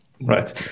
Right